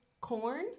corn